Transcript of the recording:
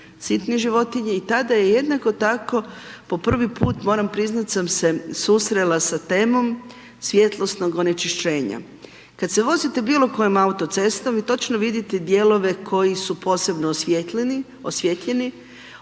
i tada je jednako tako po prvi put, moram priznat, sam se susrela sa temom svjetlosnog onečišćenja. Kad se vozite bilo kojom autocestom, vi točno vidite dijelove koji su posebno osvijetljeni,